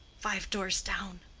five doors down.